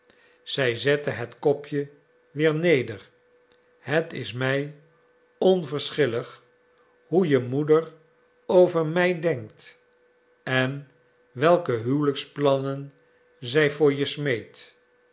zij zette het kopje weer neder het is mij onverschillig hoe je moeder over mij denkt en welke huwelijksplannen zij voor je smeedt